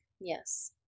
Yes